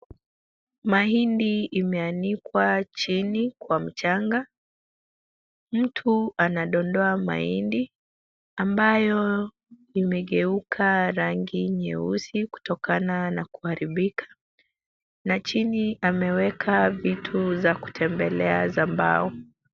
Mahindi imeanikwa chini kwa mchanga , mtu anadondoa mahindi ambayo imegeuka rangi nyeusi kutokana na kuharibika ,na chini ameweka vitu za kutembelea za mbao.